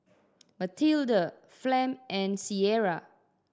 Mathilda Flem and Cierra